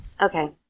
Okay